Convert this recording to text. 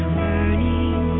burning